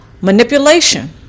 Manipulation